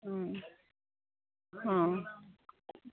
অঁ অঁ